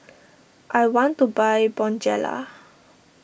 I want to buy Bonjela